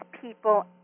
people